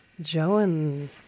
Joan